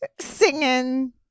singing